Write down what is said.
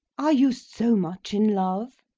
are you so much in love?